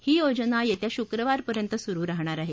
ही योजना येत्या शुक्रवारपर्यंत सुरु राहणार आहे